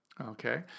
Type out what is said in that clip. Okay